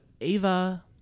Ava